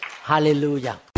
Hallelujah